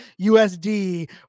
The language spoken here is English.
USD